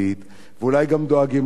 ואולי גם דואגים לנכים,